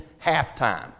halftime